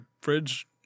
fridge